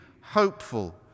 hopeful